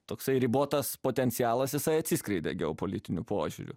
toksai ribotas potencialas jisai atsiskleidė geopolitiniu požiūriu